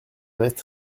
reste